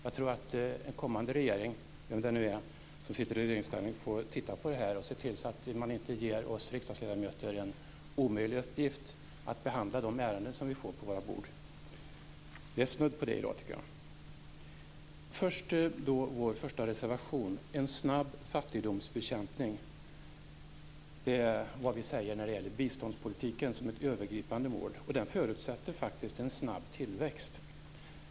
Jag tror att en kommande regering, vem det nu är som sitter i regeringsställning, får titta närmare på detta och se till att man inte ger oss riksdagsledamöter en omöjlig uppgift när det gäller att behandla de ärenden som vi får på vårt bord. Det är snudd på det i dag, tycker jag. Vår första reservation handlar om en snabb fattigdomsbekämpning. Det är vad vi säger när det gäller biståndspolitiken som ett övergripande mål. Den förutsätter faktiskt en snabb tillväxt.